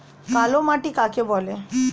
কালোমাটি কাকে বলে?